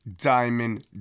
Diamond